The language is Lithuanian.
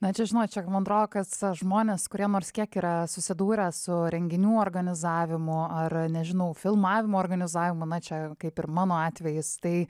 na čia žinot čia man atrodo kad žmonės kurie nors kiek yra susidūrę su renginių organizavimu ar nežinau filmavimo organizavimu na čia kaip ir mano atvejis tai